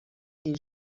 این